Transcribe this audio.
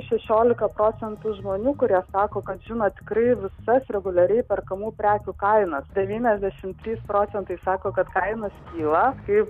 šešiolika procentų žmonių kurie sako kad žino tikrai visas reguliariai perkamų prekių kainas devyniasdešim trys procentai sako kad kainos kyla ir